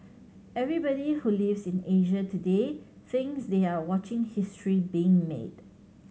everybody who lives in Asia today thinks they are watching history being made